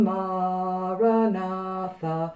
Maranatha